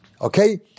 okay